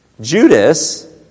Judas